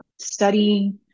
studying